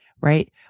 right